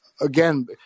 again